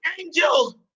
angel